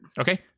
okay